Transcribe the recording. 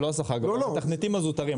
ולא השכר הגבוה - המתכנתים הזוטרים.